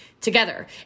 together